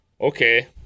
okay